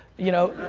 you know.